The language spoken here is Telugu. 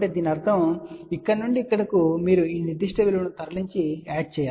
కాబట్టి దీని అర్థం ఇక్కడ నుండి ఇక్కడకు మీరు ఈ నిర్దిష్ట విలువను తరలించి యాడ్ చేయండి